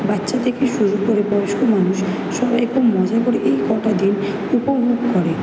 বাচ্চা থেকে শুরু করে বয়স্ক মানুষ সবাই এত মজা করে এই কটা দিন উপভোগ করে